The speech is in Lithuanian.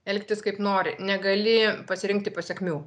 elgtis kaip nori negali pasirinkti pasekmių